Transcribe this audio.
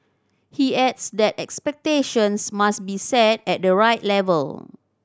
he adds that expectations must be set at the right level